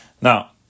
Now